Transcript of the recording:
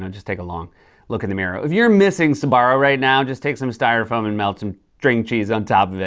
and just like a long look in the mirror. if you're missing sbarro right now, just take some styrofoam and melt some string cheese on top of it.